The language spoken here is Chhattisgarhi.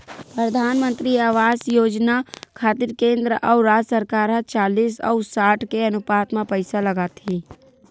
परधानमंतरी आवास योजना खातिर केंद्र अउ राज सरकार ह चालिस अउ साठ के अनुपात म पइसा लगाथे